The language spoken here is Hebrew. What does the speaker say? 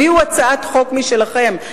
הביאו הצעת חוק משלכם,